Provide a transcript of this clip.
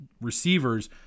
receivers